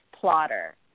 plotter